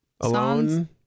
alone